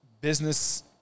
business